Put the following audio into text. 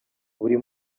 buri